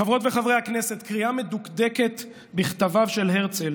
חברות וחברי הכנסת, קריאה מדוקדקת בכתביו של הרצל